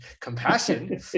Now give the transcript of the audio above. compassion